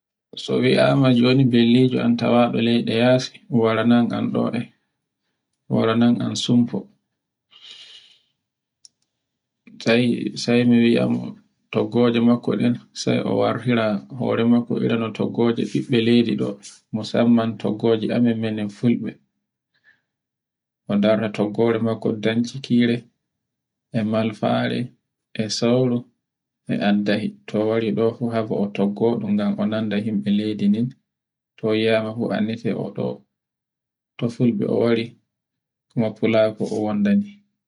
So wi'ama joni bellijo an tawaɗo leyɗe yasi wara nan an ɗo e, wara nan an sumfo. Sai mi yi'anmo toggoje makko ɗen sai o wartira hore makko ira no toggoje ɓiɓɓe leydi ɗo, musamman toggoje amin minon fulɓe. Odarta toggore mun anun dancikire, e malfare, e sauru, e addahi. to wari ɗo fu habo ɗun toggoɗum ngam o nanda e himɓe din, to wiyama fu anndite ɗo, to fulɓe o wari kama fulako o wondani.